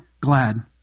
glad